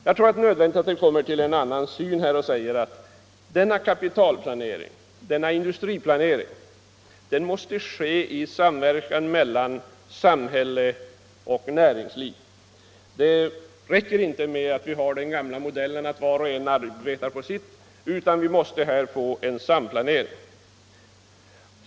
Jag tror att det är nödvändigt att man kommer till en annan syn och säger att denna kapitalplanering, denna industriplanering måste ske i samverkan mellan samhälle och näringsliv. Det räcker inte med den gamla modellen att var och en arbetar på sitt, utan vi måste få en samplanering.